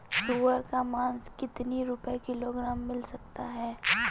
सुअर का मांस कितनी रुपय किलोग्राम मिल सकता है?